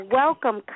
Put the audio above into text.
welcome